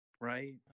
Right